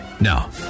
Now